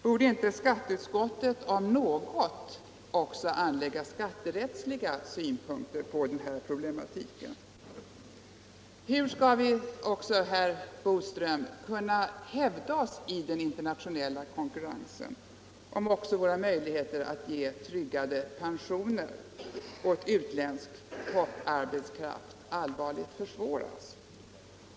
Borde inte skatteutskottet, om något, också anlägga skatterättsliga synpunkter på den här problematiken? Hur skall vi, herr Boström, kunna hävda oss i den internationella konkurrensen om våra möjligheter att ge tryggade pensioner åt utländsk arbetskraft allvarligt försvåras?